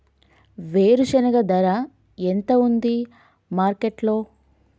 వేరుశెనగ ధర ఎంత ఉంది మార్కెట్ లో?